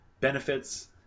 benefits